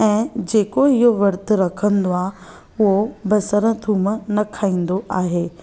ऐं जेको इहो विर्तु रखंदो आहे उहो बसर थूम न खाईंदो आहे